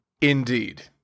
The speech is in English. Indeed